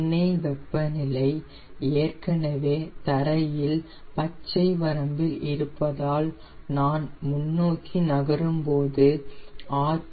எண்ணெய் வெப்பநிலை ஏற்கனவே தரையில் பச்சை வரம்பில் இருப்பதால் நான் முன்னோக்கி நகரும்போது ஆர்